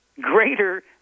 greater